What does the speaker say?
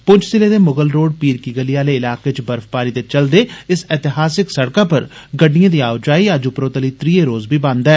पुंद जिले दे मुगलरोड़ पीर की गली आले इलाके च बर्फबारी दे चलदे इस ऐतिहासक सड़कै पर गड्डिएं दी आओजाई अज्ज उपरोतली त्रीए रोज़ बी बन्द ऐ